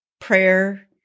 prayer